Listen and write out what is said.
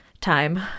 ...time